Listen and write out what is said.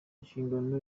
inshingano